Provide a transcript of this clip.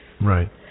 Right